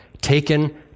taken